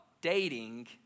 dating